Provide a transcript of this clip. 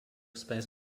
space